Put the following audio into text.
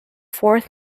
fourth